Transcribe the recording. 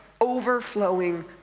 overflowing